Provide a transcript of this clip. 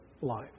life